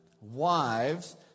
wives